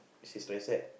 this is tricep